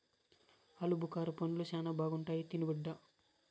ఆలుబుకారా పండ్లు శానా బాగుంటాయి తిను బిడ్డ